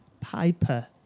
Piper